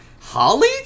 Holly